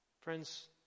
Friends